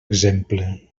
exemple